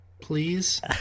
please